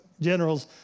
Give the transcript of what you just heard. generals